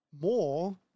more